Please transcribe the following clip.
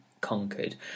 conquered